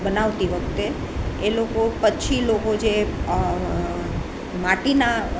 બનાવતી વખતે એ લોકો કચ્છી લોકો જે માટીના